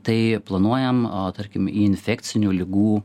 tai planuojam tarkim į infekcinių ligų